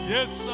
Yes